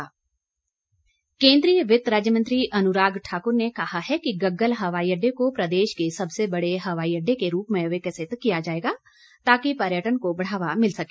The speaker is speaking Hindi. अनुराग केन्द्रीय वित्त राज्य मंत्री अनुराग ठाकुर ने कहा है कि गम्गल हवाई अड्डे को प्रदेश के सबसे बड़े हवाई अड्डे के रूप में विकसित किया जाएगा ताकि पर्यटन को बढ़ावा मिल सके